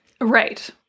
right